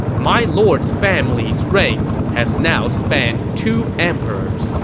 my lord's family's reign has now spanned two emperors.